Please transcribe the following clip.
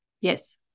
Yes